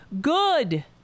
Good